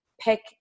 pick